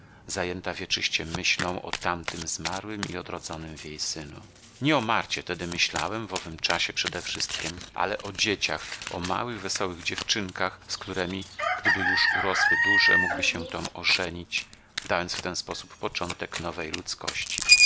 zajęta wieczyście myślą o tamtym zmarłym i odrodzonym w jej synu nie o marcie tedy myślałem w owym czasie przedewszystkiem ale o dzieciach o małych wesołych dziewczynkach z któremi gdyby już urosły duże mógłby się tom ożenić dając w ten sposób początek nowej ludzkości